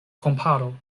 komparo